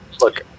look